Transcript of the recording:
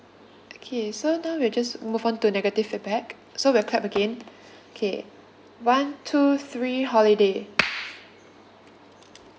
okay so now we'll just move on to a negative feedback so we'll clap again okay one two three holiday